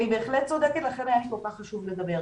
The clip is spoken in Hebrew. את בהחלט צודקת ולכן היה לי כל כך חשוב לדבר.